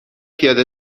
پیاده